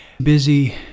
busy